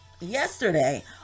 yesterday